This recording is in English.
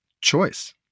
choice